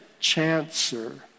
chancer